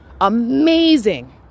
amazing